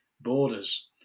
borders